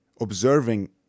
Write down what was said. observing